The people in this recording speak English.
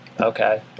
okay